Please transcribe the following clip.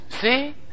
See